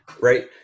Right